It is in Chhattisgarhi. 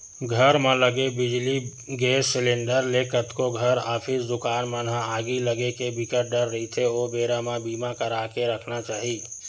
घर म लगे बिजली, गेस सिलेंडर ले कतको घर, ऑफिस, दुकान मन म आगी लगे के बिकट डर रहिथे ओ बेरा बर बीमा करा के रखना चाही